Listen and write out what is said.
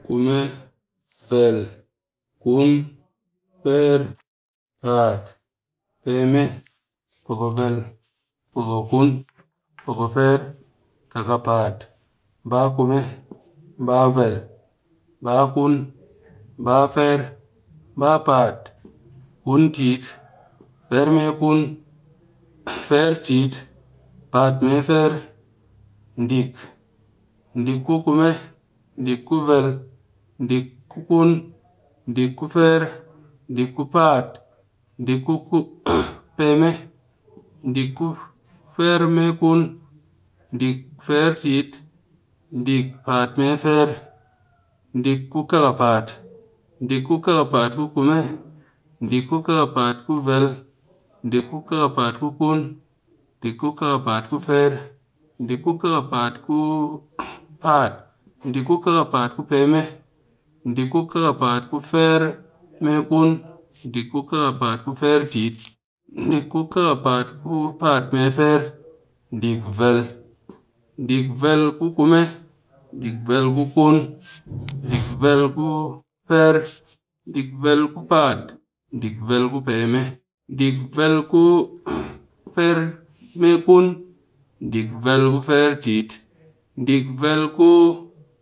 Kume vel kun fir paat peme poku vel poku kun, poku fire kaa'paat baa kume baa vel baa kun baa fire baa paat kun tit firemikun fire tit paatmifire dick, dick ku kume dick ku vel dick ku kun dick ku fire dick ku paat dick ku peme dick ku kuwa firemikun dick fire tit dick paat mefire dick ku kaapaat dick ku kaapaat ku kume dick ku kaapaat vel dick ku kaapaat ku kun dick, ku kaapaat ku kume ku vel ku kun ku fire ku paat dick kaapaat paat dick ku peme dick vel ku kaapaat fire mekun dick ku kaapaat ku fire tit, dick ku kaapaat, dick ku paat mee fire dick kun ku kume dick vel dick kun, dick kun ku fire, dick kun ku paat dick kun ku peme dick kun ku fire mee kun, dick kun ku fire tit, dick kun ku paat mee fire dick kun ku kaa'apaat ku kume dick kun ku kaapaat ku vel dick kun ku kaapaat fire, dick kun ku kaapaat ku paat dick kun ku kaapaat ku peme dick kun ku kaapaat fire mee kun, dick kun ku kaapaat fire tit, dick kun ku kaapaat paat mee fire, dick fire ku kume, dick fire ku vel dick fire ku kun, dick vel fire ku fire, dick vel ku.